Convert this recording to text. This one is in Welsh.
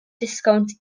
disgownt